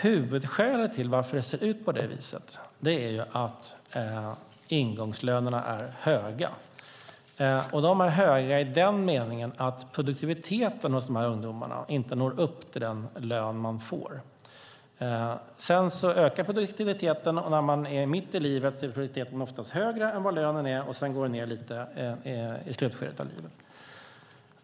Huvudskälet till att det ser ut på det viset är att ingångslönerna är höga. De är höga i den meningen att produktiviteten hos dessa ungdomar inte når upp till den lön man får. Sedan ökar produktiviteten; när man är mitt i livet är produktiviteten oftast högre än vad lönen är, och sedan går det ned lite i slutskedet av livet.